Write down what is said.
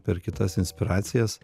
per kitas inspiracijas